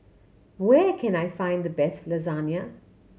where can I find the best Lasagna